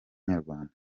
nyarwanda